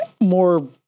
more